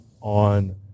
on